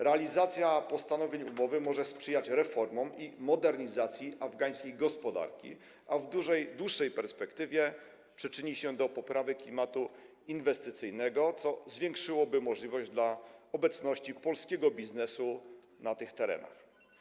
Realizacja postanowień umowy może sprzyjać reformom i modernizacji afgańskiej gospodarki, a w dłuższej perspektywie przyczyni się do poprawy klimatu inwestycyjnego, co zwiększyłoby możliwość obecności polskiego biznesu na tych terenach.